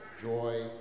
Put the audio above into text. joy